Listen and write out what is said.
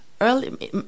early